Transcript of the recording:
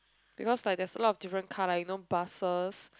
because like there's a lot of different car like you know buses